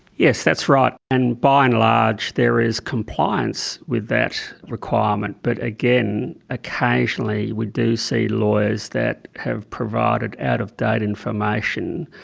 yes, that's right. and by and large there is compliance with that requirement. but again, occasionally we do see lawyers that have provided out of date information,